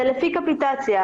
זה לפי קפיטציה,